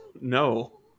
no